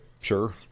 Sure